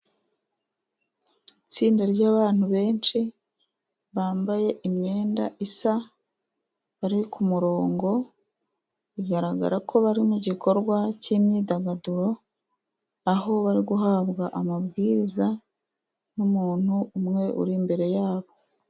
Itsinda ry'abantu benshi bambaye imyenda isa bari ku murongo, bigaragara ko bari mu gikorwa cy'imyidagaduro, aho bari guhabwa amabwiriza n'umuntu umwe uri imbere yabo.